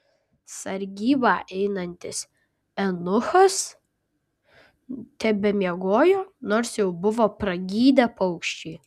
sargybą einantis eunuchas tebemiegojo nors jau buvo pragydę paukščiai